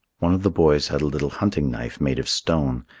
one of the boys had a little hunting knife made of stone.